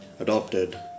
adopted